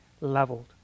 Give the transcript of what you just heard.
leveled